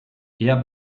eher